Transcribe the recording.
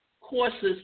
courses